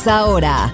ahora